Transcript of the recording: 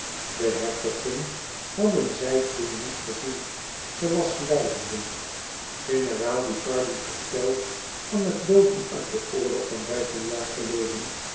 de hertogin hadden zij toen niet gezien ze was lijdende generaal ducardi vertelt anecdoten uit den oorlog van vijftien jaar geleden